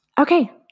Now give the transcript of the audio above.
Okay